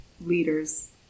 leaders